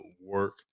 work